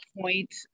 point